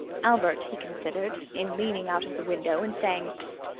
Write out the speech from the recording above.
albert, he considered, in leaning out of the window and saying psst!